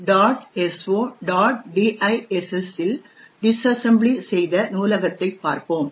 diss disassembly செய்த நூலகத்தைப் பார்ப்போம்